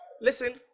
Listen